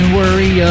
worry